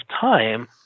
time